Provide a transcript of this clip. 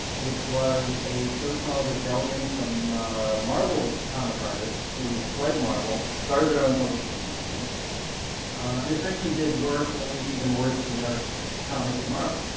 which was a so-called rebellion from marvel comic artists, who fled marvel, started their own publishing company and essentially did work that was even worse than their comics at marvel.